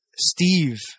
Steve